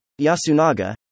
yasunaga